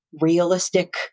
realistic